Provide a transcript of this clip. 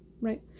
right